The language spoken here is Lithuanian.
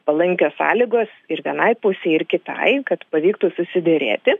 palankios sąlygos ir vienai pusei ir kitai kad pavyktų susiderėti